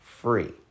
free